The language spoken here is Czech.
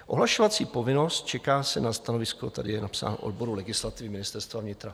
Ohlašovací povinnost čeká se na stanovisko, tady je napsáno, odboru legislativy Ministerstva vnitra.